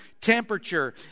temperature